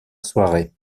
soirée